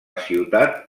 ciutat